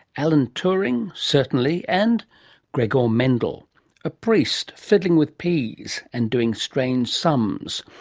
alan turing certainly, and gregor mendel a priest fiddling with peas and doing strange sums.